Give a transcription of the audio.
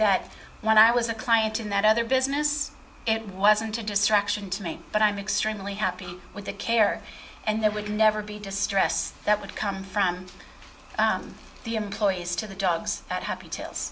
that when i was a client in that other business it wasn't a distraction to me but i'm extremely happy with the care and there would never be to stress that would come from the employees to the dogs that happy tails